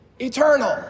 eternal